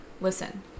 listen